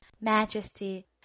majesty